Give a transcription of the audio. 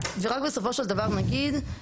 ורק בסופו של דבר נגיד,